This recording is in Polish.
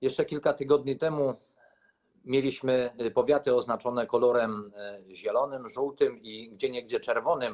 Jeszcze kilka tygodni temu mieliśmy powiaty oznaczone kolorem zielonym, żółtym, a gdzieniegdzie czerwonym.